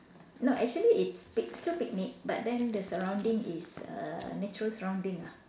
no actually it's pic~ still picnic but then the surrounding is err natural surrounding ah